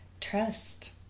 trust